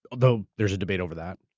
though there's a debate over that.